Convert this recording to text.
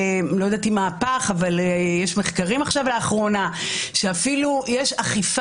אני לא יודעת אם מהפך אבל יש מחקרים לאחרונה שאומרים שאפילו יש מקרים